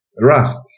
Rust